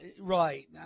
right